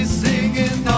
singing